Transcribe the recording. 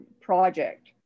project